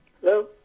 Hello